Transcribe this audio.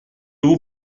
vous